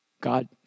God